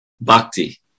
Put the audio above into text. bhakti